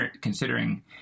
considering